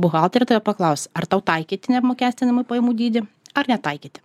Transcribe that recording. buhalterė tave paklaus ar tau taikyti neapmokestinamų pajamų dydį ar netaikyti